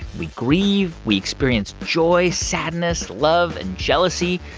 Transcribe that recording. we grieve. we experience joy, sadness, love and jealousy.